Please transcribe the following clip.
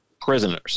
prisoners